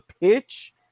pitch